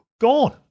Gone